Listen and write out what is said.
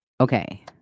Okay